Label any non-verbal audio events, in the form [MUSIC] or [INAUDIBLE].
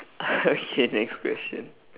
[BREATH] okay next question